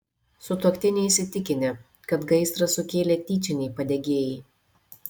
sutuoktiniai įsitikinę kad gaisrą sukėlė tyčiniai padegėjai